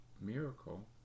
miracle